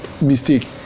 mistake